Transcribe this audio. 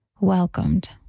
welcomed